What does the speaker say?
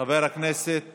חבר הכנסת